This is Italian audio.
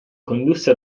condusse